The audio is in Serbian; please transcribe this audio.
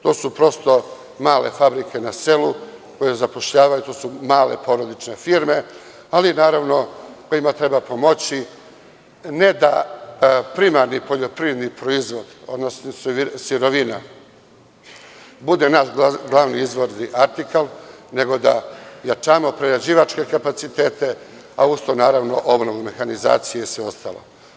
To su prosto male fabrike na selu koje zapošljavaju, to su male porodične firme, ali naravno njima treba pomoći ne da primarni poljoprivredni proizvod, odnosno sirovina bude naš glavni izvozni artikal nego da jačamo prerađivačke kapaciteta, a uz to naravno i obnovu mehanizacije i sve ostalo.